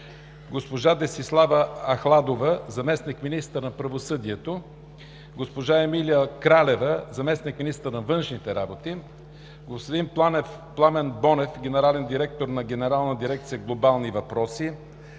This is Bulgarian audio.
госпожа Десислава Ахладова – заместник-министър на правосъдието, госпожа Емилия Кралева – заместник-министър на външните работи, господин Пламен Бончев – генерален директор на генерална дирекция „Глобални въпроси“,